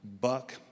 buck